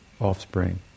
offspring